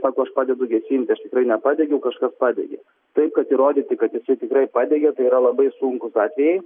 sako aš padedu gesinti aš nepadegiau kažkas padegė taip kad įrodyti kad jisai tikrai padegė tai yra labai sunkūs atvejai